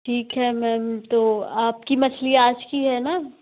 ठीक है मैम तो आपकी मछली आज की है ना